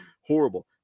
horrible